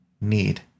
Need